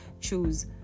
choose